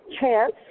Chance